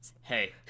hey